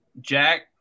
Jack